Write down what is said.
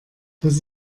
das